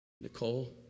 Nicole